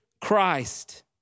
Christ